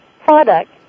product